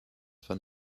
fan